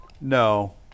No